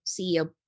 CEO